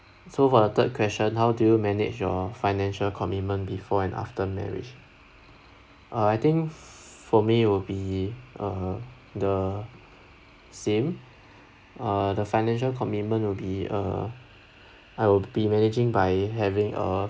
so for the third question how do you manage your financial commitment before and after marriage uh I think for me will be uh the same uh the financial commitment will be uh I'll be managing by having a